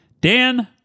Dan